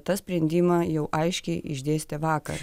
tą sprendimą jau aiškiai išdėstė vakar